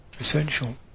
essential